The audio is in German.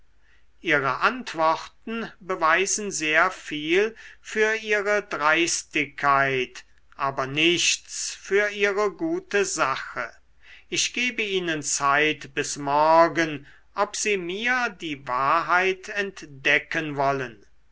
ihre antworten beweisen sehr viel für ihre dreistigkeit aber nichts für ihre gute sache ich geben ihnen zeit bis morgen ob sie mir die wahrheit entdecken wollen